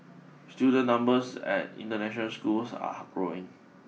student numbers at international schools are growing